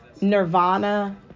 Nirvana